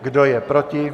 Kdo je proti?